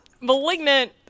malignant